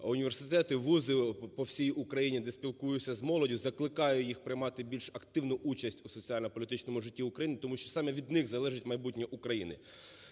університети, вузи по всій Україні, де спілкуюся з молоддю і закликаю їх приймати більш активну участь у соціально-політичному житті України тому що саме від них залежить майбутнє України.